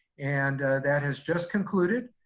and that has just concluded,